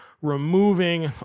removing